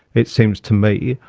it seems to me,